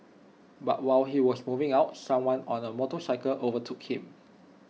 but while he was moving out someone on A motorcycle overtook him